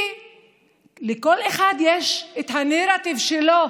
כי לכל אחד יש את הנרטיב שלו